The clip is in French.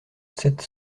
sept